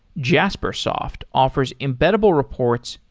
jaspersoft offers embeddable reports,